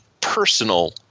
personal –